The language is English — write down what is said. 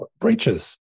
breaches